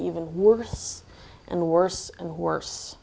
even worse and worse and worse